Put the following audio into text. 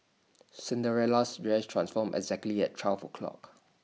Cinderella's dress transformed exactly at twelve o' clock